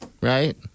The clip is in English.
Right